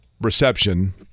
reception